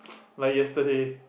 like yesterday